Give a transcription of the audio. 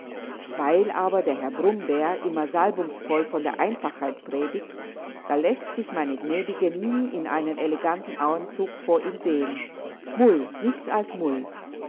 weil aber der herr brummbär immer salbungsvoll von der einfachheit predigt da läßt sich meine gnädige nie in einem eleganten anzug vor ihm sehen mull nichts als mull